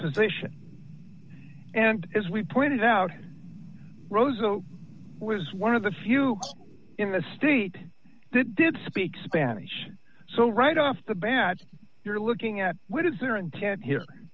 position and as we pointed out rosa was one of the few in the state that did speak spanish so right off the bat you're looking at what is their intent here